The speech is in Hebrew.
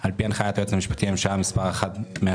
על פי הנחיית היועץ המשפטי לממשלה מספר 1/180,